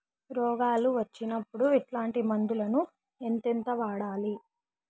రోగాలు వచ్చినప్పుడు ఎట్లాంటి మందులను ఎంతెంత వాడాలి?